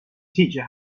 teacher